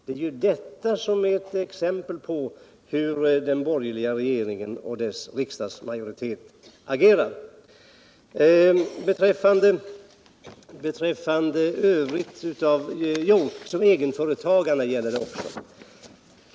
Detta är ett bra exempel på hur den borgerliga regeringen och dess riksdagsmajoritet agerar. Så några ord om egenföretagarna.